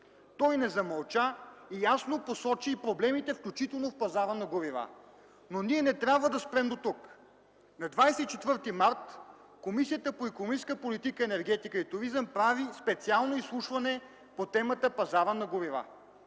Той не замълча и ясно посочи проблемите, включително в пазара на горивата. Ние обаче не трябва да спрем дотук. На 24 март Комисията по икономическа политика, енергетика и туризъм прави специално изслушване по темата „Пазарът на горива”.